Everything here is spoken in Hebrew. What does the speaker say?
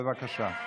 בבקשה.